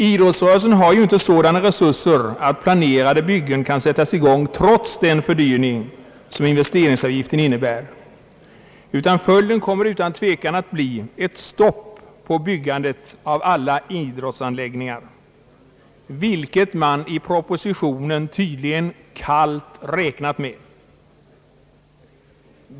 Idrottsrörelsen har inte sådana resurser att planerade byggen kan sättas i gång trots den fördyring som in vesteringsavgiften innebär, utan följden kommer otvivelaktigt att bli ett stopp för byggandet av alla idrottsanläggningar — vilket man i propositionen tydligen kallt räknat med!